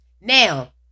Now